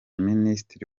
minisitiri